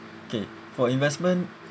okay for investment